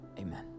Amen